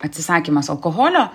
atsisakymas alkoholio